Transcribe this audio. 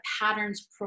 patterns